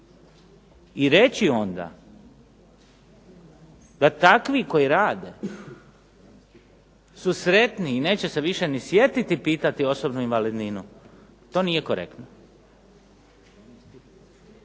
I reći onda da takvi koji rade su sretni i neće se više ni sjetiti pitati osobnu invalidninu, to nije korektno.